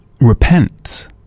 repent